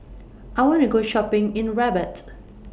I want to Go Shopping in Rabat